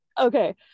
Okay